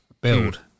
build